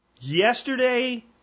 yesterday